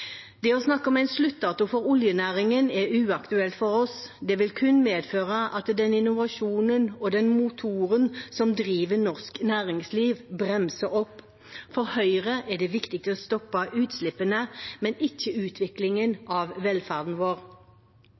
Det å snakke om en sluttdato for oljenæringen er uaktuelt for oss. Det vil kun medføre at den innovasjonen og den motoren som driver norsk næringsliv, bremser opp. For Høyre er det viktig å stoppe utslippene, men ikke utviklingen av velferden vår.